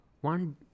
One